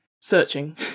searching